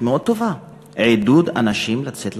ומאוד טובה: עידוד אנשים לצאת לעבודה.